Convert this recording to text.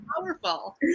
powerful